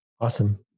Awesome